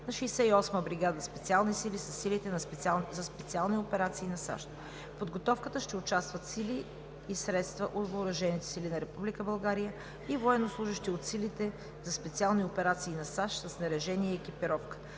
на 68-ма бригада специални сили със силите за специални операция на САЩ. В подготовката ще участват сили и средства от Въоръжените сили на Република България и военнослужещи от силите за специални операции на САЩ със снаряжение и екипировка.